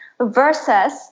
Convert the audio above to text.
versus